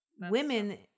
Women